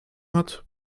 hat